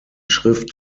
schrift